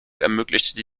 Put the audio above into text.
ermöglichte